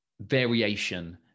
variation